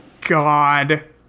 God